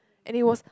and it was